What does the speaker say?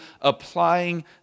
applying